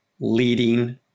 leading